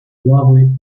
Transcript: lovely